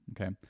Okay